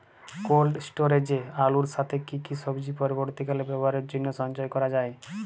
Cold স্টোরেজে আলুর সাথে কি কি সবজি পরবর্তীকালে ব্যবহারের জন্য সঞ্চয় করা যায়?